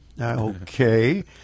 Okay